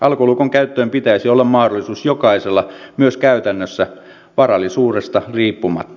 alkolukon käyttöön pitäisi olla mahdollisuus jokaisella myös käytännössä varallisuudesta riippumatta